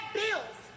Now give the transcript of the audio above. bills